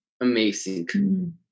amazing